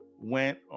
went